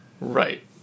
Right